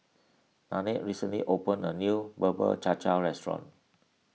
Nannette recently opened a new Bubur Cha Cha Restaurant